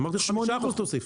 אמרתי 5% תוסיף.